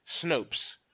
Snopes